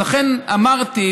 אז לכן אמרתי,